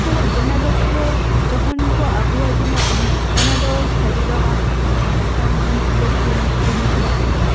ᱛᱳ ᱚᱱᱟᱫᱚ ᱯᱩᱨᱟᱹ ᱡᱚᱠᱷᱚᱱ ᱠᱚ ᱟᱹᱜᱩᱣᱟᱹᱫᱤᱧᱟ ᱤᱧ ᱚᱱᱟ ᱫᱚ ᱥᱟᱹᱲᱤ ᱫᱚ ᱵᱟᱝ ᱦᱮᱡ ᱟᱠᱟᱱᱟ ᱢᱤᱫᱴᱟᱝ ᱠᱳᱱᱳ ᱤᱞᱮᱠᱴᱨᱚᱱᱤᱠ ᱡᱤᱱᱤᱥ ᱦᱮᱡ ᱞᱮᱱᱟ